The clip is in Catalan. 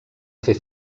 fer